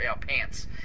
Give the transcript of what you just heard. pants